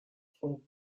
خوب